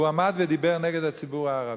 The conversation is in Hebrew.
והוא עמד ודיבר נגד הציבור הערבי,